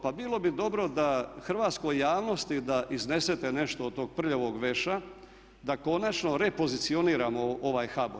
Pa bilo bi dobro da hrvatskoj javnosti da iznesete nešto od tog prljavog veša da konačne repozicioniramo ovaj HBOR.